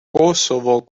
kosovo